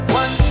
one